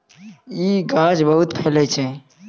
इ गाछ बहुते फैलै छै